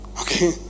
okay